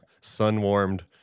sun-warmed